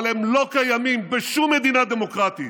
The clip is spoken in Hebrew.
אבל הם לא קיימים בשום מדינה דמוקרטית,